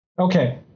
okay